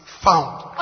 found